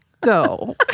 Go